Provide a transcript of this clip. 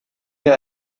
hier